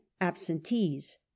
absentees